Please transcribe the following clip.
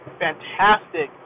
fantastic